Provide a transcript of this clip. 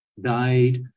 died